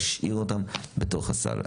להשאיר אותם בתוך הסל,